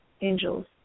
angels